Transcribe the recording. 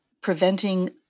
preventing